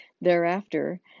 Thereafter